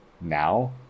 now